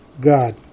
God